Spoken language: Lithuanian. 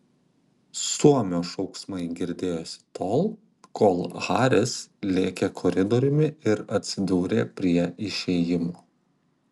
suomio šauksmai girdėjosi tol kol haris lėkė koridoriumi ir atsidūrė prie išėjimo